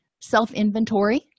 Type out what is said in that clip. self-inventory